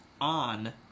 on